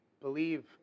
believe